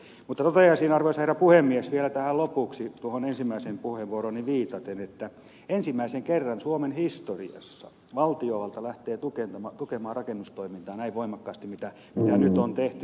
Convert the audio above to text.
mutta toteaisin arvoisa herra puhemies vielä tähän lopuksi tuohon ensimmäiseen puheenvuorooni viitaten että ensimmäisen kerran suomen historiassa valtiovalta lähtee tukemaan rakennustoimintaa näin voimakkaasti kuin nyt on tehty